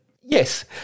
Yes